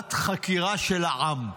ועדת חקירה של העם.